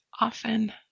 Often